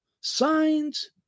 signs